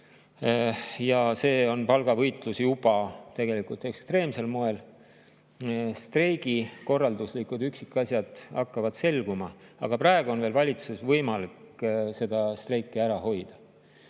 See on palgavõitlus juba tegelikult ekstreemsel moel. Streigi korralduslikud üksikasjad hakkavad selguma, aga praegu on veel valitsuses võimalik seda streiki ära hoida.